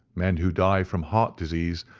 men who die from heart disease,